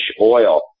oil